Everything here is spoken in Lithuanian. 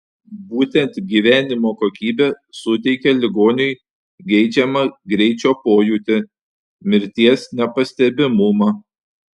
būtent gyvenimo kokybė suteikia ligoniui geidžiamą greičio pojūtį mirties nepastebimumą